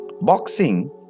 Boxing